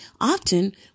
Often